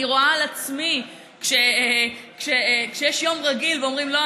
אני רואה על עצמי שכשיש יום רגיל ואומרים: לא,